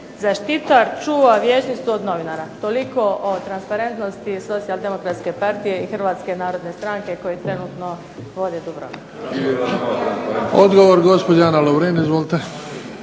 "Zaštitar čuva Vijećnicu od novinara" toliko o transparentnosti socijal-demokratske partije i Hrvatske narodne stranke koji trenutno vode Dubrovnik. **Bebić, Luka (HDZ)** Odgovor gospođa Ana Lovrin izvolite.